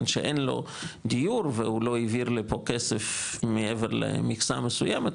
שאין לו דיור והוא לא העביר לפה כסף מעבר למכסה מסוימת.